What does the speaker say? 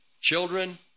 Children